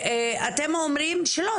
אתם אומרים שלא.